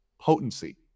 potency